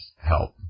help